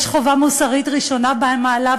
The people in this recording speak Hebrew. "יש חובה מוסרית ראשונה במעלה".